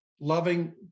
loving